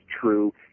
true